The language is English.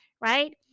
right